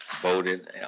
voted